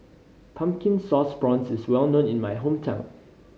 Pumpkin Sauce Prawns is well known in my hometown